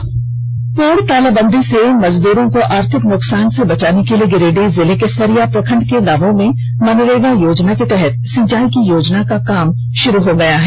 भारतीय देश में जारी पूर्ण तालाबंदी से मजदूरों को आर्थिक नुकसान से बचाने के लिए गिरिडीह जिले के सरिया प्रखंड के गांवो में मनरेगा योजना के तहत सिंचाई की योजनाओं का काम शुरू हो गया है